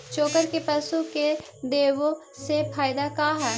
चोकर के पशु के देबौ से फायदा का है?